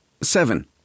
seven